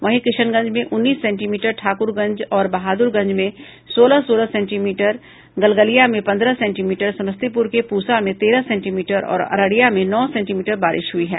वहीं किशनगंज में उन्नीस सेंटीमीटर ठाकुरगंज और बहादुरगंज में सोलह सोलह सेंटीमीट गलगलीया में पंद्रह सेंटीमीटर समस्तीपुर के पूसा में तेरह सेंटीमीटर और अररिया में नौ सेंटीमीटर बारिश हुई है